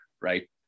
right